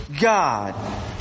God